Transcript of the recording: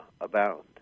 abound